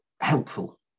helpful